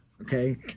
Okay